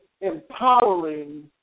empowering